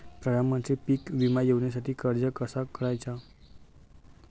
प्रधानमंत्री पीक विमा योजनेसाठी अर्ज कसा करायचा?